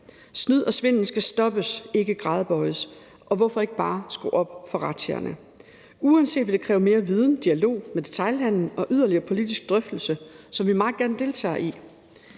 Snyd og svindel skal stoppes, ikke gradbøjes, og hvorfor ikke bare skrue op for razziaerne. Uanset hvad vil det kræve mere viden og mere dialog med detailhandelen og en yderligere politisk drøftelse, som vi meget gerne deltager i.